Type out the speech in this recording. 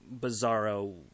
bizarro